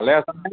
ভালে আছানে